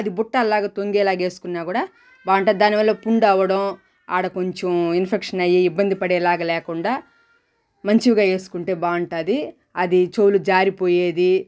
అది బుట్టల్లాగా తుంగేలాగా వేసుకున్న కూడా బాగుంటుంది దానివల్ల పుండు అవ్వడం ఆడ కొంచెం ఇన్ఫెక్షన్ అయ్యి ఇబ్బంది పడేలాగా లేకుండా మంచివిగా వేసుకుంటే బాగుంటుంది అది చెవులు జారిపోయి